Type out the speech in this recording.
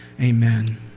Amen